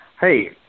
Hey